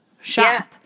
shop